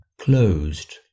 closed